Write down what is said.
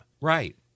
right